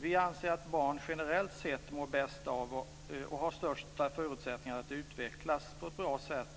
Vi anser att barn generellt sett mår bäst av att bo ihop med två föräldrar och att de då har störst förutsättningar att utvecklas på ett bra sätt.